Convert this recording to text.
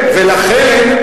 ולכן,